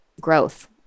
growth